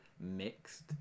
mixed